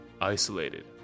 isolated